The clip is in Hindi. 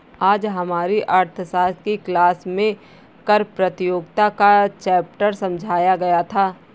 आज हमारी अर्थशास्त्र की क्लास में कर प्रतियोगिता का चैप्टर समझाया गया था